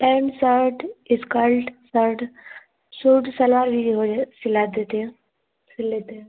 pant shirt इसक्ल्ट shirt suit salwar भी होय सिला देते हैं सिल लेते हैं